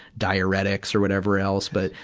diuretics or whatever else. but,